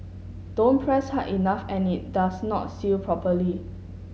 don't press hard enough and it does not seal properly